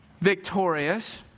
victorious